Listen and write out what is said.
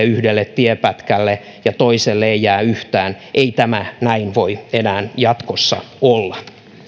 yhdelle tiepätkälle ja toiselle ei jää yhtään ei tämä näin voi enää jatkossa olla